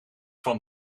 van